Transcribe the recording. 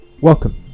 Welcome